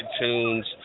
iTunes